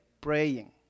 Praying